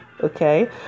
okay